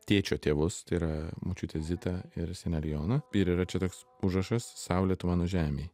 tėčio tėvus tai yra močiutę zitą ir senelį joną ir yra čia toks užrašas saulė tu mano žemėj